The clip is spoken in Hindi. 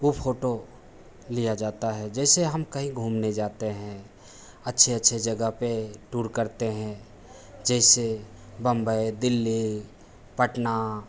वह फ़ोटो लिया जाता है जैसे हम कहीं घूमने जाते हैं अच्छी अच्छी जगह पर टूर करते हैं जैसे बंबई दिल्ली पटना